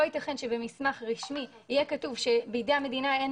לא ייתכן שבמסמך רשמי יהיה כתוב שבידי המדינה אין